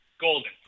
golden